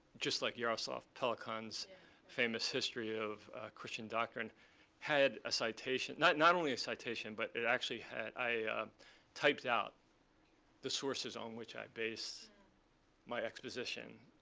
just like jaroslav pelikan's famous history of christian doctrine had a citation, not not only a citation, but it actually had i typed out the sources on which i based my exposition.